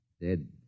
dead